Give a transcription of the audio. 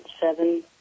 seven